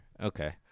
Okay